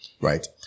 right